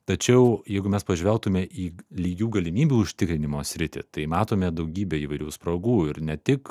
tačiau jeigu mes pažvelgtume į lygių galimybių užtikrinimo sritį tai matome daugybę įvairių spragų ir ne tik